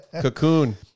Cocoon